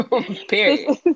period